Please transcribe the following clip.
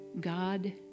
God